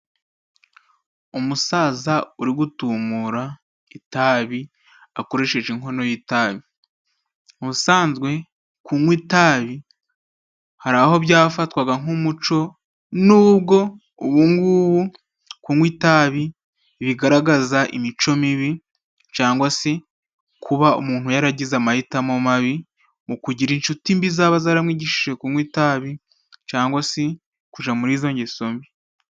Umusaza uri gutumura itabi akoresheje inkono y'itabi ubusanzwe kunwa itabi hari aho byafatwaga nk'umuco nubwo ubungubu kunwa itabi bigaragaza imico mibi cangwa si kuba umuntu yaragize amahitamo mabi mu kugira inshuti mbi zaba zaramwigishije kunwa itabi cangwa si kuja muri izo ngesombi.